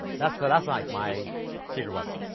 that's so that's like my secret weapon.